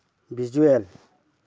visual